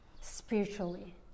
spiritually